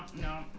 no